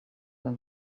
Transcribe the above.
when